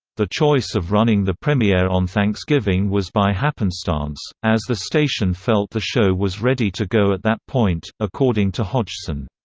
the choice of running the premiere on thanksgiving was by happenstance, as the station felt the show was ready to go at that point, according to hodgson.